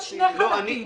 צריכים להיות שני חלקים.